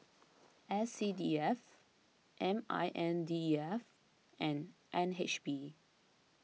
S C D F M I N D E F and N H B